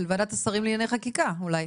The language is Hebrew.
של ועדת השרים לענייני חקיקה אולי.